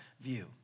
view